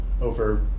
over